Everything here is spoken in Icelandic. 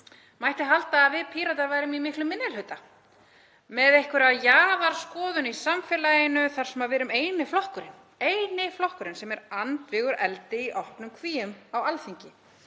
mætti halda að við Píratar værum í miklum minni hluta með einhverja jaðarskoðun í samfélaginu þar sem við erum eini flokkurinn á Alþingi sem er andvígur eldi í opnum kvíum.